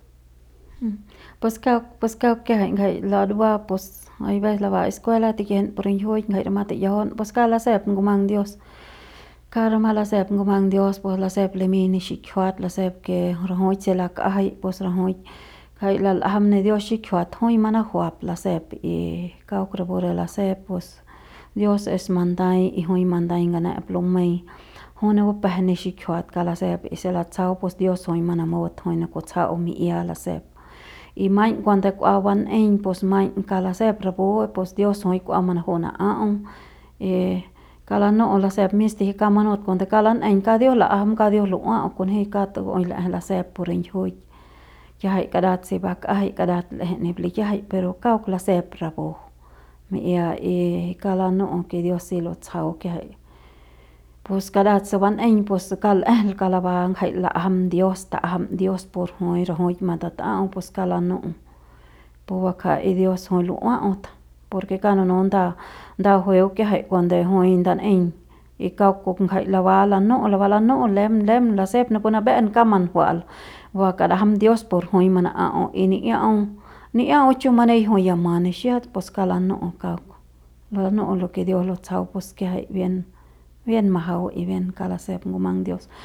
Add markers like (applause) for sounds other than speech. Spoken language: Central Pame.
(noise) pus kauk pus kauk kiajai jai ladua pus aives lava escuela tikijin pu ringiujuiñ jai rama tingyiajaun pus kauk lasep ngumang dios kauk rama lasep ngumang dios pus lasep limiñ pu xikjiuat lasep ke rajuik se lakjai pus rajuik jai lal'ajam ne dios xikjiuat jui manajuap lem lasep y y kauk rapu re lasep pues dios es mandai y jui mandai ngane'ep lumei jui ne bupje ne xikjiuat kauk lasep y si latsjau dios jui manamut jui ne kutsja'au mi'ia lasep y maiñ cuando kua ban'eiñ pus maiñ kauk lasep rapu pus dios jui kua manaju'u mana'au y kauk lanu'u y lasep mis tiji kauk manut cuando kauk lan'eiñ kauk dios la'ajam kauk dios lu'ua'auk kunji pu la'ejei lasep pu ringjiuik kiajai karat si bak'ajai karat l'ejei ni likiajai pero kauk lasep rapu mi'ia y kauk lanu'u ke dios si lutsjau kiajai pus karat se bun'eiñ pus kauk l'ejel kauk laba ngjai la'ajam dios ta'ajam dios por jui rajuk matata'au pus kauk lanu'u pu bakja y dios jui lu'ua'aut por kauk nunu nda, nda jueu kiajai kuande jui ndan eiñ y kauk kujup ngjai laba, laba lanu'u laba lanu'u lem lem lasep napu nambe'en kauk manjua'al ba kadajam dios por jjui mana'a'au y ni'ia'au ni'ia'au chumani jui ya ma nixets pus kauk lanu'u kauk lanu'u lo ke dios lutsjau pues kiajai bien bien majau y bien kauk lasep ngumang dios.